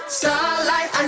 starlight